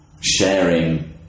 sharing